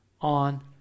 on